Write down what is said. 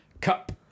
cup